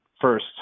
first